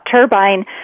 turbine